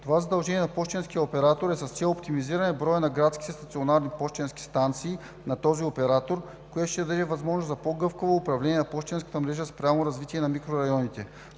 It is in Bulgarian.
Това задължение на пощенския оператор е с цел оптимизиране на броя на градските стационарни пощенски станции на този оператор, което ще даде възможност за по-гъвкаво управление на пощенската мрежа спрямо развитие на микрорайоните.